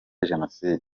jenoside